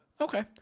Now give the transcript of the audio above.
okay